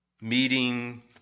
meeting